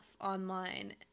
online